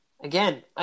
Again